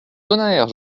tonnerre